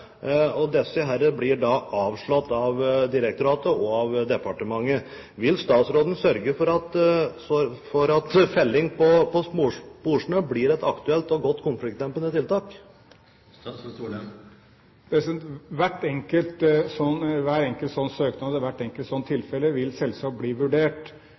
og disse blir avslått av direktoratet og av departementet. Vil statsråden sørge for at felling på sporsnø blir et aktuelt og godt konfliktdempende tiltak? Hver enkelt slik søknad og hvert enkelt slikt tilfelle vil selvsagt bli vurdert.